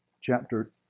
chapter